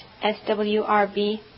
SWRB